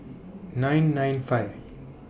nine nine five